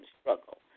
struggle